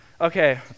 Okay